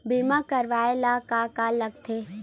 बीमा करवाय ला का का लगथे?